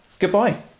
Goodbye